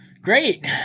Great